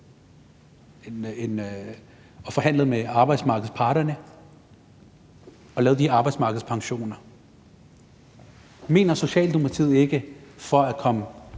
og forhandlede med arbejdsmarkedets parter og lavede de arbejdsmarkedspensioner, mener Socialdemokratiet så ikke, at der